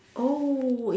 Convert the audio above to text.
oh